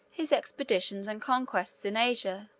his expeditions and conquests in asia,